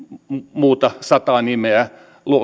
muuta sataa nimeä